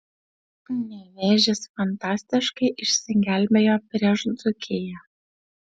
nevėžis fantastiškai išsigelbėjo prieš dzūkiją